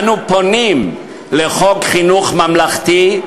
אנו פונים לחוק חינוך ממלכתי,